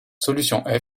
solution